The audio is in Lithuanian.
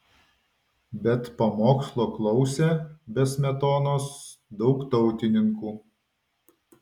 bet pamokslo klausė be smetonos daug tautininkų